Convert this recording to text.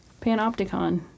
Panopticon